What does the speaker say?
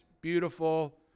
beautiful